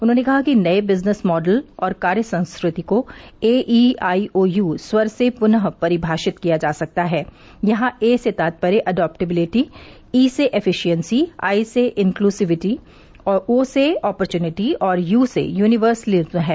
उन्होंने कहा कि नये बिजनेस मॉडल और कार्य संस्कृति को A E I O U स्वर से पुनः परिभाषित किया जा सकता है यहां ए से तात्पर्य अजॉप्टिबिलिटी ई से एफिसिएशी आई से इन्क्लूसिविटी ओ से अॅपरच्यूनिटी और यू से यूनिवर्सलिज्म है